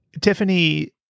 Tiffany